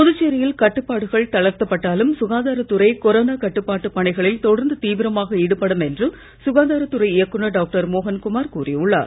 புதுச்சேரியில் கட்டுப்பாடுகள் தளர்த்தப் பட்டாலும் சுகாதாரத் துறை கொரோனா கட்டுப்பாட்டு பணிகளில் தொடர்ந்து தீவிரமாக ஈடுபடும் என்று சுகாதாரத் துறை இயக்குநர் டாக்டர் மோகன் குமார் கூறியுள்ளார்